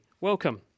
welcome